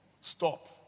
Stop